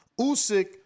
Usyk